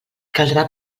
caldrà